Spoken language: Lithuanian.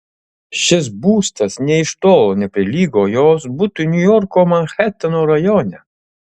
šis būstas nė iš tolo neprilygo jos butui niujorko manheteno rajone